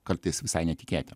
kartais visai netikėti